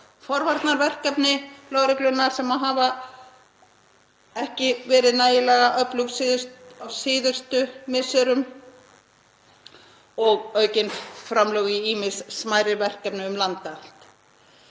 forvarnaverkefni lögreglunnar sem hafa ekki verið nægilega öflug á síðustu misserum og aukin framlög í ýmis smærri verkefni um land allt.